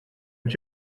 ens